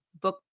book